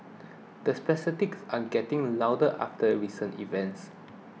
the are getting louder after recent events